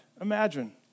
imagine